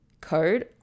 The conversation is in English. code